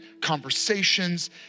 conversations